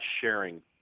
sharing